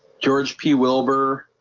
george p wilbur